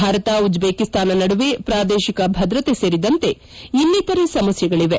ಭಾರತ ಉಜ್ವೇಕಿಸ್ತಾನ ನಡುವೆ ಪ್ರಾದೇಶಿಕ ಭದ್ರತೆ ಸೇರಿದಂತೆ ಇನ್ನಿತರೆ ಸಮಸ್ಯೆಗಳವೆ